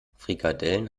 frikadellen